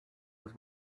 was